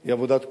היא עבודת קודש,